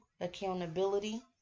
accountability